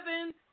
seven